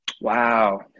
wow